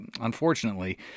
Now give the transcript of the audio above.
unfortunately